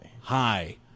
Hi